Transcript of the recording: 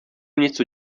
něco